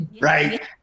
right